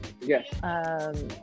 Yes